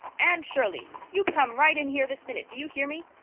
anne shirley, you come right in here this minute, do you hear me!